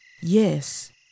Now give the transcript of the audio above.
Yes